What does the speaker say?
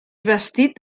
bastit